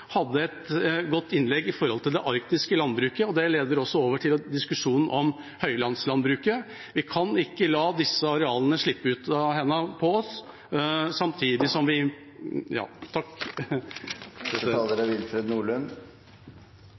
hadde et godt innlegg om det arktiske landbruket. Det leder også over til diskusjonen om høylandslandbruket. Vi kan ikke la disse arealene slippe ut av hendene våre, samtidig som vi